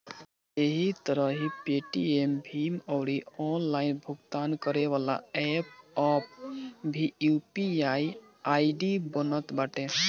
एही तरही पेटीएम, भीम अउरी ऑनलाइन भुगतान करेवाला एप्प पअ भी यू.पी.आई आई.डी बनत बाटे